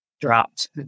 dropped